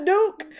Duke